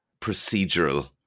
procedural